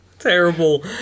terrible